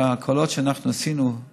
אני חושב שההקלות שאנחנו עשינו,